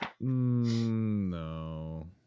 No